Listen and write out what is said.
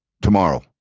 tomorrow